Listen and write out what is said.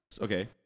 Okay